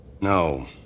No